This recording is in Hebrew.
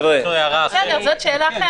זאת שאלה אחרת.